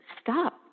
stop